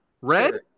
Red